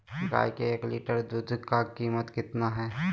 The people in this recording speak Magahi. गाय के एक लीटर दूध का कीमत कितना है?